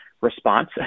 response